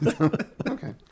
Okay